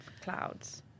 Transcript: clouds